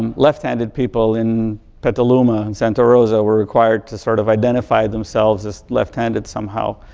um left handed people in petaluma and santa rosa were required to sort of identify themselves as left handed somehow.